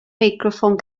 meicroffon